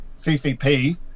CCP